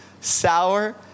sour